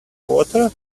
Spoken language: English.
water